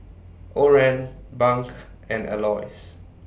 Oran Bunk and Aloys